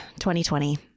2020